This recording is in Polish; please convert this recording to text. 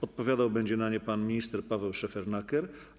Odpowiadał na nie będzie pan minister Paweł Szefernaker.